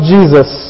Jesus